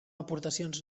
aportacions